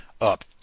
up